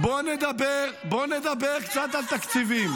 בואו נדבר קצת על תקציבים.